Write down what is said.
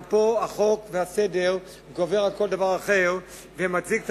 גם פה החוק והסדר גוברים על כל דבר אחר ומצדיקים